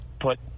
put